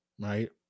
right